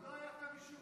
עוד לא היה כתב אישום.